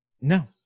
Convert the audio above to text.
no